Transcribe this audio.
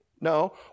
No